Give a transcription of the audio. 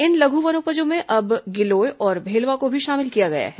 इन लघु वनोपजों में अब गिलोय और भेलवा को भी शामिल किया गया है